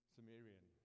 Sumerian